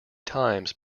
times